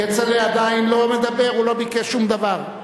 כצל'ה עדיין לא מדבר, הוא לא ביקש שום דבר.